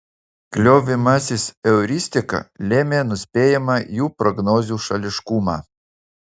kliovimasis euristika lėmė nuspėjamą jų prognozių šališkumą